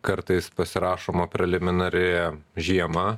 kartais pasirašoma preliminari žiema